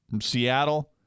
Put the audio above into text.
Seattle